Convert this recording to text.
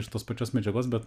iš tos pačios medžiagos bet